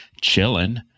chilling